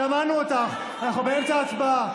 שמענו אותך, אנחנו באמצע הצבעה.